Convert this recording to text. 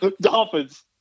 Dolphins